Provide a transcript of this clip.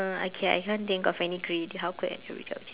uh okay I can't think of any creative how could an everyday object